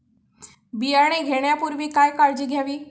बियाणे घेण्यापूर्वी काय काळजी घ्यावी?